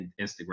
Instagram